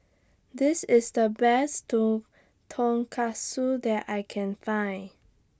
This IS The Best Tonkatsu that I Can Find